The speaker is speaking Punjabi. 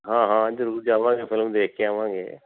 ਹਾਂ ਹਾਂ ਜ਼ਰੂਰ ਜਾਵਾਂਗੇ ਫਿਲਮ ਦੇਖ ਕੇ ਆਵਾਂਗੇ